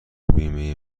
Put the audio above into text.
بیمه